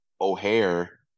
O'Hare